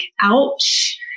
ouch